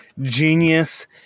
genius